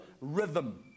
rhythm